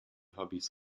hobbys